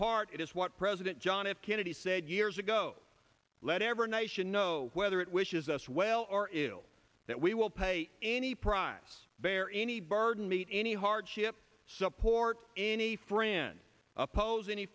it is what president john f kennedy said years ago let every nation know whether it wishes us well or ill that we will pay any price bear any burden meet any hardship support any friend oppose any